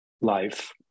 life